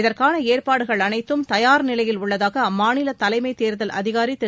இதற்கான ஏற்பாடுகள் அனைத்தும் தயார் நிலையில் உள்ளதாக அம்மாநில தலைமை தேர்தல் அதிகாரி திரு